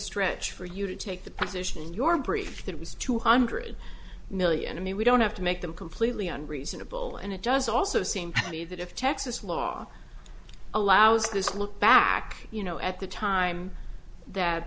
stretch for you to take the position in your brief that it was two hundred million i mean we don't have to make them completely unreasonable and it does also seem to me that if texas law allows this look back you know at the time that